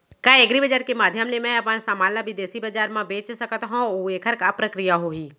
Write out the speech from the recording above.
का एग्रीबजार के माधयम ले मैं अपन समान ला बिदेसी बजार मा बेच सकत हव अऊ एखर का प्रक्रिया होही?